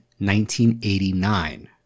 1989